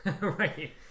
Right